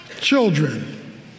children